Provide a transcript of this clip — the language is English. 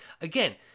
again